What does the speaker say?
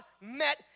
met